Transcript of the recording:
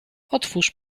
otwórz